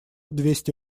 двести